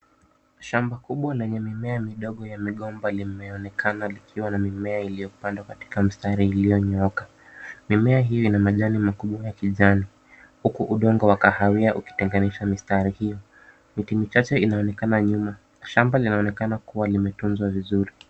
Shamba kubwa lenye mimea midogo ya migomba linaonekana likiwa na mimea iliyo pandwa katika mistari iliyo nyooka. Mimea hii ina majani makubwa ya kijani huku udongo wa kahawia ukitenganisha mistari hiyo. Miti michache inaonekana nyuma. Shaba linaonekana kuwa limetunzwa vizuri.